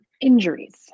Injuries